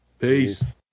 Peace